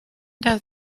does